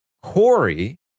Corey